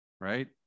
right